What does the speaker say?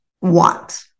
want